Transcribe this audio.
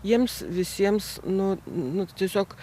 jiems visiems nu nu tiesiog